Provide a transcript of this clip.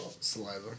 Saliva